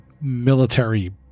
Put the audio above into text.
military